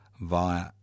via